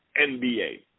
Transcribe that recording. NBA